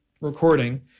recording